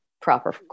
proper